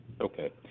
Okay